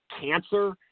cancer